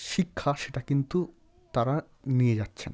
শিক্ষা সেটা কিন্তু তারা নিয়ে যাচ্ছেন